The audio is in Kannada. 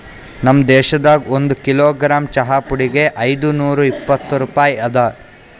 ನಮ್ ದೇಶದಾಗ್ ಒಂದು ಕಿಲೋಗ್ರಾಮ್ ಚಹಾ ಪುಡಿಗ್ ಐದು ನೂರಾ ಇಪ್ಪತ್ತು ರೂಪಾಯಿ ಅದಾ